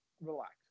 relax